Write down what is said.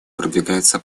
продвигается